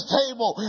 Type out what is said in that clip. table